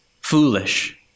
foolish